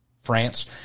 France